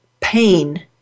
pain